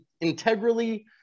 integrally